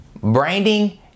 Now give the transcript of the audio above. Branding